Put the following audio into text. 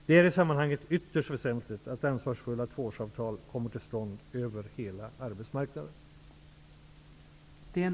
Det är i sammanhanget ytterst väsentligt att ansvarsfulla tvåårsavtal kommer till stånd över hela arbetsmarknaden.